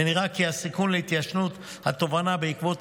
ונראה כי הסיכון להתיישנות התובענה בעקבות